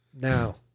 Now